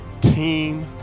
team